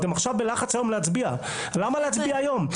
אתם עכשיו בלחץ להצביע היום, אבל למה להצביע היום?